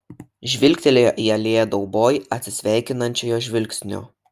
žvilgtelėjo į alėją dauboj atsisveikinančiojo žvilgsniu